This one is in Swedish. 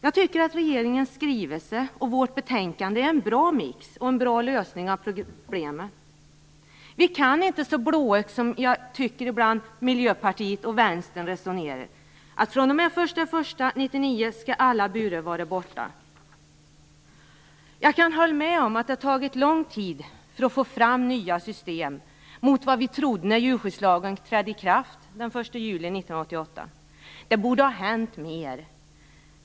Jag tycker att regeringens skrivelse och vårt betänkande är en bra mix, som möjliggör en god lösning på problemen. Vi kan inte resonera så blåögt som jag många gånger tycker att Miljöpartiet och Vänstern gör och säga att alla burar skall vara borta den 1 januari 1999. Jag kan hålla med om att det har tagit lång tid att skapa nya system mot vad vi trodde när djurskyddslagen trädde i kraft den 1 juli 1988. Det borde ha hänt mer.